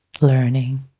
learning